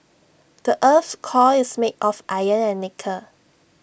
the Earth's core is made of iron and nickel